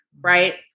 right